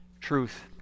Truth